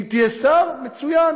אם תהיה שר, מצוין,